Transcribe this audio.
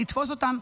ולתפוס אותם,